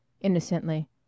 innocently